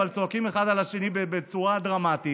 אבל צועקים אחד על השני בצורה דרמטית,